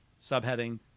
subheading